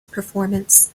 performance